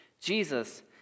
Jesus